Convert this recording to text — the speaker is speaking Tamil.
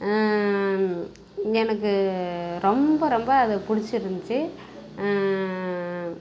எனக்கு ரொம்ப ரொம்ப அது பிடிச்சிருந்திச்சி